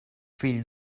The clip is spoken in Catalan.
fill